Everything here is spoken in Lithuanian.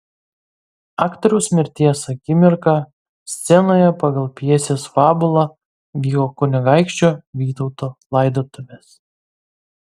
aktoriaus mirties akimirką scenoje pagal pjesės fabulą vyko kunigaikščio vytauto laidotuvės